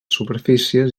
superfícies